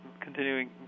continuing